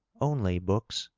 only books,